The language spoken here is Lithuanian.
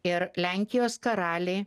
ir lenkijos karaliai